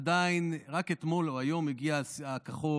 עדיין, רק אתמול או היום הגיע ה"כחול".